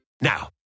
Now